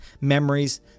memories